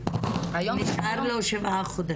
נשארו לו שבעה חודשים?